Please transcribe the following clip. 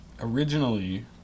Originally